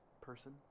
person